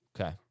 Okay